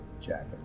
jacket